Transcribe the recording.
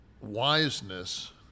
wiseness